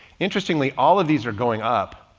interestingly, all of these are going up.